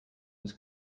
was